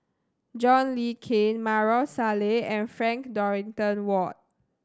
John Le Cain Maarof Salleh and Frank Dorrington Ward